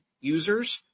users